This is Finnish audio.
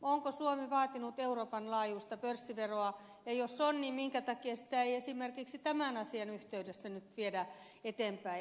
onko suomi vaatinut euroopan laajuista pörssiveroa ja jos on niin minkä takia sitä ei esimerkiksi tämän asian yhteydessä nyt viedä eteenpäin